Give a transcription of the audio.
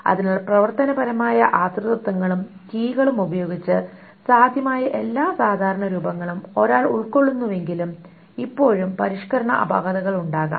അതിനാൽ പ്രവർത്തനപരമായ ആശ്രിതത്വങ്ങളും കീകളും ഉപയോഗിച്ച് സാധ്യമായ എല്ലാ സാധാരണ രൂപങ്ങളും ഒരാൾ ഉൾക്കൊള്ളുന്നുവെങ്കിലും ഇപ്പോഴും പരിഷ്ക്കരണ അപാകതകൾ ഉണ്ടാകാം